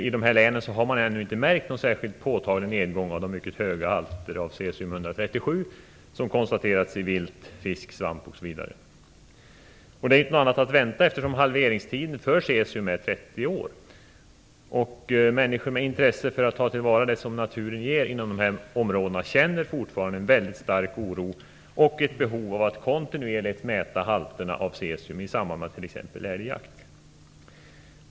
I de här länen har man ännu inte märkt någon särskilt påtaglig nedgång av de mycket höga halter av cesium 137 som konstaterats i vilt, fisk, svamp m.m. Något annat är inte heller att vänta, eftersom halveringstiden för cesium är 30 år. Människor med intresse för att ta till vara det som naturen ger inom de här områdena känner fortfarande en mycket stark oro och ett behov av att kontinuerligt mäta halterna av cesium i samband med t.ex. älgjakt.